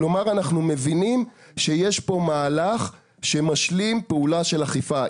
כלומר אנחנו מבינים שיש פה מהלך פעולה של אכיפה.